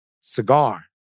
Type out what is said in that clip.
cigar